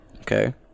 okay